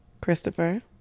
Christopher